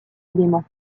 éléments